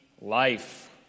life